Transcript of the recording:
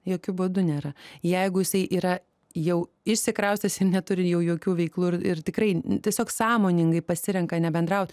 jokiu būdu nėra jeigu jisai yra jau išsikraustęs ir neturi jau jokių veiklų ir tikrai tiesiog sąmoningai pasirenka nebendraut